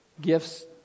gifts